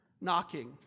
knocking